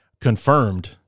confirmed